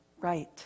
right